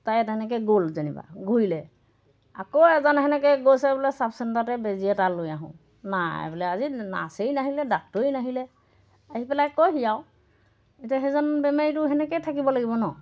তাই তেনেকৈ গ'ল যেনিবা ঘূৰিলে আকৌ এজন তেনেকৈ গৈছে বোলে চাব চেণ্টাৰতে বেজি এটা লৈ আহোঁ নাই বোলে আজি নাৰ্চেই নাহিলে ডাক্তৰে নাহিলে আহি পেলাই কয়হি আৰু এতিয়া সেইজন বেমাৰীটো তেনেকেই থাকিব লাগিব ন